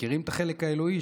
מכירים את החלק האלוהי,